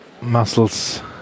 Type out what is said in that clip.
muscles